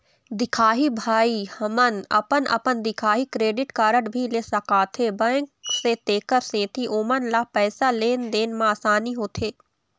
दिखाही भाई हमन अपन अपन दिखाही क्रेडिट कारड भी ले सकाथे बैंक से तेकर सेंथी ओमन ला पैसा लेन देन मा आसानी होथे?